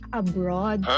abroad